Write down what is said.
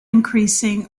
increasing